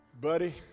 Buddy